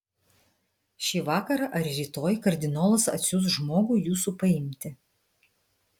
šį vakarą ar rytoj kardinolas atsiųs žmogų jūsų paimti